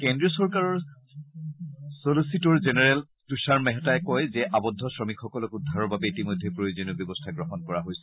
কেন্দ্ৰীয় চৰকাৰৰ চলছিটৰ জেনেৰেল তুষাৰ মেহতাই কয় যে আৱদ্ধ শ্ৰমিকসকলক উদ্ধাৰৰ বাবে ইতিমধ্যে প্ৰয়োজনীয় ব্যৱস্থা গ্ৰহণ কৰা হৈছে